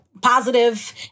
positive